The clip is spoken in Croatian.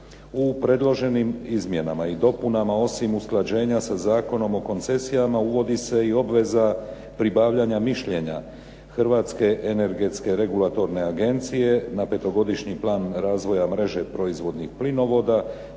U predloženim izmjenama i dopunama osim usklađenja sa Zakonom o koncesijama uvodi se i obveza pribavljanja mišljenja Hrvatske energetske regulatorne agencije na petogodišnji plan razvoja mreže proizvodnih plinovoda,